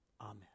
Amen